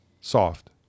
soft